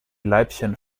leibchen